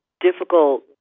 difficult